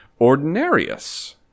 ordinarius